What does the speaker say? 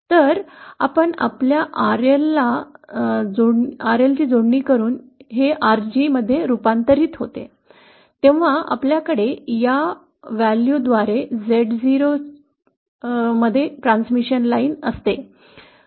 तर आपण आपल्या RL ला जोडणी करुन हे RG मध्ये रुपांतरित होते जेव्हा आपल्याकडे या व्हॅल्यूद्वारे Zo सह ही ट्रांसमिशन लाइन असते